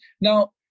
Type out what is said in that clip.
Now